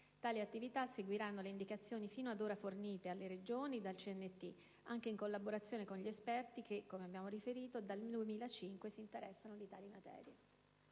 Tali attività seguiranno le indicazioni fino ad ora fornite alle Regioni dal CNT, anche in collaborazione con gli esperti che, come sopra riferito, dal 2005 si interessano di tali materie.